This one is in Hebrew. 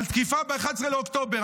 על תקיפה ב-11 באוקטובר.